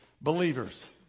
Believers